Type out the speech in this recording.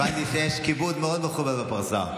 הבנתי שיש כיבוד מאוד מכובד בפרסה,